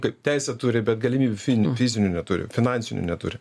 kaip teisę turi bet galimybių fi fizinių neturi finansinių neturi